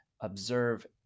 observe